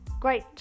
great